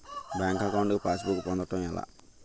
Bank account కి passbook పొందడం ఎలా?